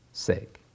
sake